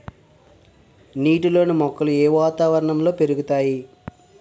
నీటిలోని మొక్కలు ఏ వాతావరణంలో పెరుగుతాయి?